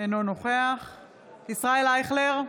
אינו נוכח ישראל אייכלר,